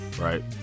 right